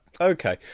Okay